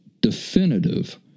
definitive